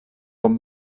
pot